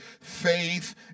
faith